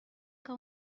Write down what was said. que